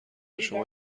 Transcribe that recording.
شما